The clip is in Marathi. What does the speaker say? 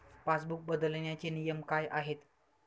पासबुक बदलण्याचे नियम काय आहेत?